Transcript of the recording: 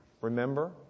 remember